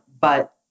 But-